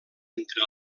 entre